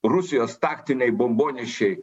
rusijos taktiniai bombonešiai